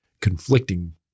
conflicting